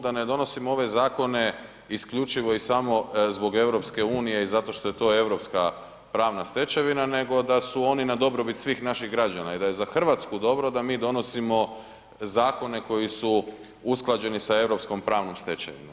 Da ne donosimo ove zakone isključivo i samo zbog EU i zato što je to europska pravna stečevina nego da su oni na dobrobit svih naših građana i da je za Hrvatsku dobro da mi donosimo zakone koji su usklađeni sa europskom pravnom stečevinom.